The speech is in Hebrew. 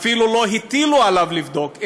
ואפילו לא הטילו עליו לבדוק,